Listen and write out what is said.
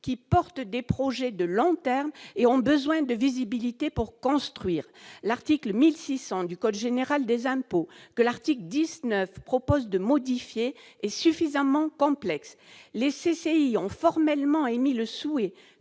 qui portent des projets de long terme et ont un besoin de visibilité pour construire. L'article 1600 du code général des impôts que l'article 19 propose de modifier est suffisamment complexe. Les chambres de commerce et